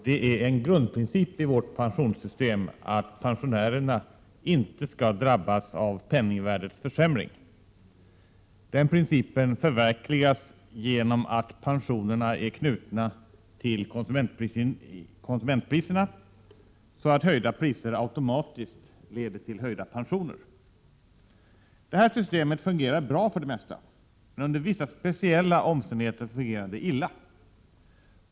Herr talman! En grundprincip i vårt pensionssystem är att pensionärerna inte skall drabbas av penningvärdets försämring. Den principen förverkligas genom att pensionerna är knutna till konsumentpriserna. Höjda priser leder automatiskt till höjda pensioner. Det här systemet fungerar bra för det mesta, men under vissa speciella omständigheter fungerar det illa.